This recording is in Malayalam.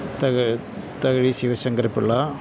തകഴി തകഴി ശിവശങ്കരപ്പിള്ള